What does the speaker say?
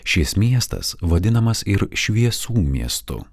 šis miestas vadinamas ir šviesų miestu